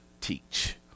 teach